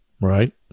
Right